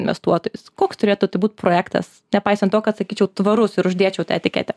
investuotojus koks turėtų tai būt projektas nepaisant to kad sakyčiau tvarus ir uždėčiau tą etiketę